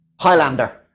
Highlander